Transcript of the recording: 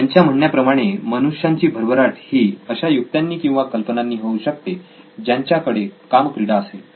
त्यांच्या म्हणण्या प्रमाणे मनुष्यांची भरभराट ही अशा युक्त्यांनी किंवा कल्पनांनी होऊ शकते ज्यांच्याकडे कामक्रीडा असेल